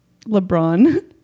LeBron